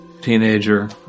Teenager